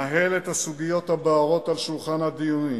נהל את הסוגיות הבוערות על שולחן הדיונים.